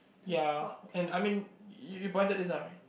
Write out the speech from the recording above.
ya and I mean you you point this out right